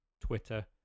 twitter